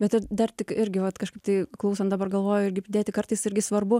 bet dar tik irgi vat kažkaip tai klausant dabar galvoju irgi girdėti kartais irgi svarbu